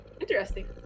Interesting